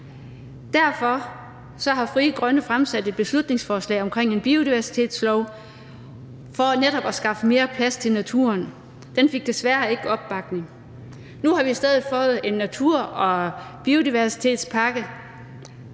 Derfor har Frie Grønne fremsat et beslutningsforslag om en biodiversitetslov for netop at skaffe mere plads til naturen. Det fik desværre ikke opbakning. Nu har vi i stedet fået en natur- og biodiversitetspakke,